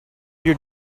you